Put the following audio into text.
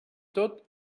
tot